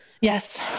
Yes